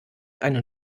einen